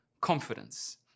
confidence